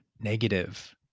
negative